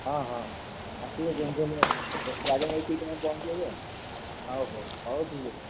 ହଁ ହଁ ହଁ ଠିକ୍ ଅଛି ଯେମିତି ଗାଡ଼ି ନେଇ ଠିକଣାରେ ପହଞ୍ଚାଇବେ ଆଉ ହଉ ହଉ ହଉ ଠିକ୍ ଅଛି